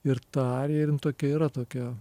ir ta arija ir jin tokia yra tokia